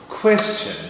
Question